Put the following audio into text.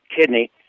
kidney